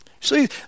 See